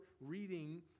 reading